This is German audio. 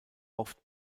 oft